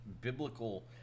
biblical